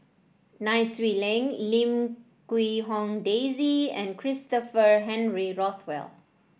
Nai Swee Leng Lim Quee Hong Daisy and Christopher Henry Rothwell